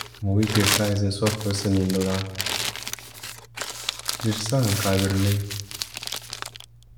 Omuweeki esaaha zenkusobora kukozesa nendora ziri zaaha nka' abiiri naina.